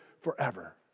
forever